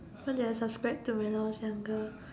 what did I subscribe to when I was younger